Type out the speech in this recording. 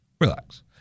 relax